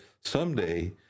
someday